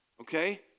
Okay